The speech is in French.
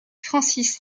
francis